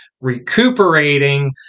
recuperating